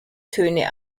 töne